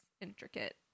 intricate